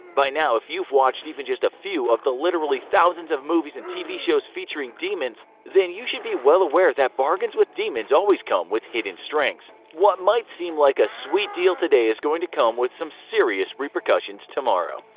by now if you've watched even just a few of the literally thousands of movies and tv shows featuring demons, then you should be well aware that bargains with demons always come with hidden strings. what might seem like a sweet deal today is going to come with some serious repercussions tomorrow.